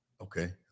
Okay